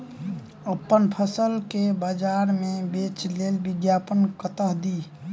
अप्पन फसल केँ बजार मे बेच लेल विज्ञापन कतह दी?